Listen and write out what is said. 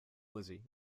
lizzie